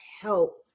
help